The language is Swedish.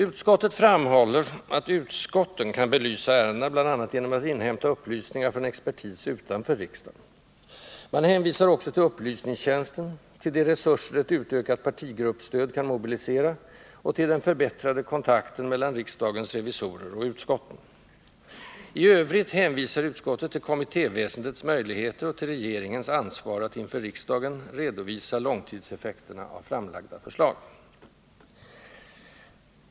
Utskottet framhåller att utskotten kan belysa ärendena, bl.a. genom att inhämta upplysningar från expertis utanför riksdagen. Man hänvisar också till upplysningstjänsten, till de resurser ett utökat partigruppstöd kan mobilisera och till den förbättrade kontakten mellan riksdagens revisorer och utskotten. I övrigt hänvisar utskottet till kommittéväsendets möjligheter och till regeringens ansvar att inför riksdagen redovisa långtidseffekterna av framlagda förslag.